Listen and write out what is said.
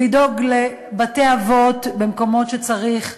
לדאוג לבתי-אבות במקומות שצריך,